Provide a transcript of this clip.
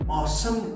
awesome